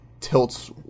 tilts